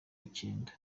icyenda